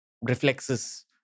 Reflexes